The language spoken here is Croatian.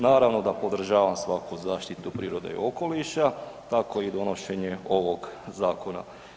Naravno da podržavam svaku zaštitu prirode i okoliša, tako i donošenje ovog zakona.